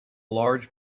large